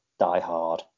diehard